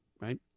right